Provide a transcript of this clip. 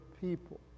people